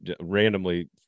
randomly